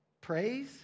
Praise